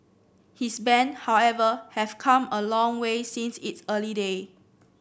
his band however have come a long way since its early day